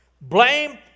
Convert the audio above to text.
Blame